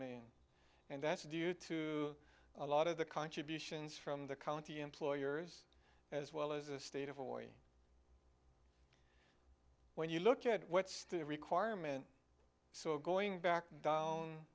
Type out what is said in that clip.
may and that's due to a lot of the contributions from the county employers as well as a state of hawaii when you look at what's requirement so going back down